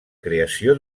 creació